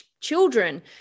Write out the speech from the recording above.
children